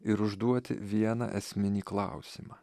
ir užduoti vieną esminį klausimą